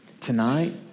tonight